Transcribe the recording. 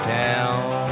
town